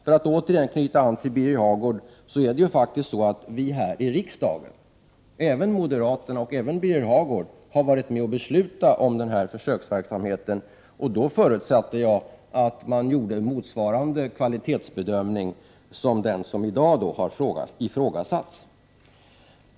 För att återigen anknyta till Birger Hagårds anförande vill jag säga att det faktiskt är så att vi här i riksdagen — även moderaterna och även Birger Hagård — har varit med och beslutat om denna försöksverksamhet. Jag förutsätter att man då gjorde en motsvarande kvalitetsbedömning som den som i dag har ifrågasatts.